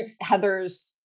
Heather's